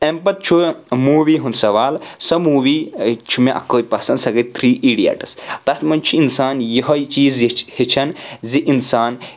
امہِ پَتہٕ چھُ موٗوِی ہُنٛد سوال سۄ موٗوِی چھُ مےٚ اَکوے پَسنٛد سۄ گٔے تِھرِی ایٖڈیٹٕس تَتھ منٛز چھُ اِنسان یِہوے چیٖز ہَیٚچھان زِ اِنسان